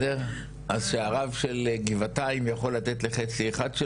אז שהרב של גבעתיים יכול לתת לחצי אחד של